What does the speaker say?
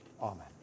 Amen